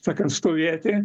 sakant stovėti